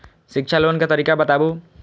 शिक्षा लोन के तरीका बताबू?